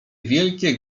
wielkie